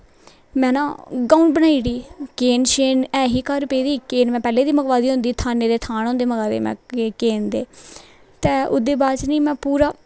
में ना गाउन बनाई ओड़ी केन शीन ऐ ही घर पेदी केन में पैह्लें दी मंगवा दी होंदी थाने दे थान होंदे में मंगवा दे केन दे ते ओह्दे बाद च नां में पूरा